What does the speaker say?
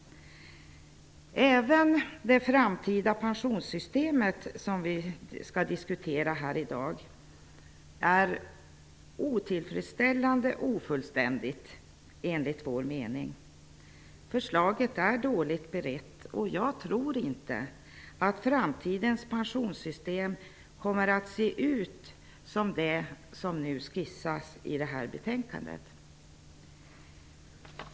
Även det framtida pensionssystem som vi skall diskutera här i dag är otillfredsställande ofullständigt enligt vår mening. Förslaget är dåligt berett och jag tror inte att framtidens pensionssystem kommer att se ut som det som nu skissas i betänkandet.